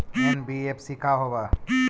NBFC का होब?